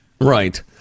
Right